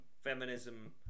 feminism